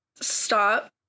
stop